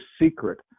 secret